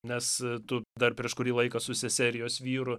nes tu dar prieš kurį laiką su sese ir jos vyru